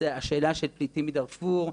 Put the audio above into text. השאלה של הפליטים מדארפור,